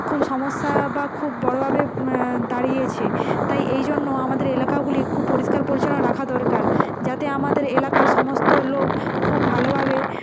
খুব সমস্যা বা খুব বড়োভাবে দাঁড়িয়েছে তাই এই জন্য আমাদের এলাকাগুলি খুব পরিষ্কার পরিচ্ছন্ন রাখা দরকার যাতে আমাদের এলাকার সমস্ত লোক খুব ভালোভাবে